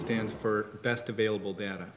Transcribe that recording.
stands for best available data